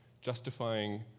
justifying